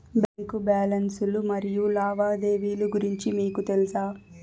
Bank balance లు మరియు లావాదేవీలు గురించి మీకు తెల్సా?